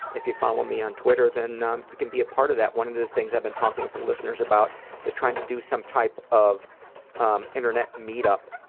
if you follow me on twitter then you can be a part of that. one of the things i've been talking with the listeners about is trying to do some type of um internet meetup,